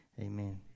amen